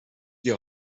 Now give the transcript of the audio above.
die